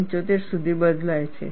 75 સુધી બદલાય છે